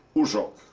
uzsok.